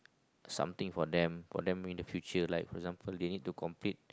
something for them for them in the future like for example they need to complete